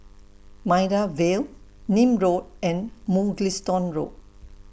Maida Vale Nim Road and Mugliston Road